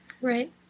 right